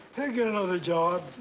he'll get another job.